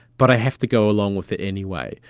but i have to go along with it anyway.